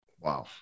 wow